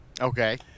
Okay